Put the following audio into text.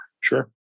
Sure